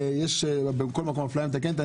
יש בכל מקום אפליה מתקנת.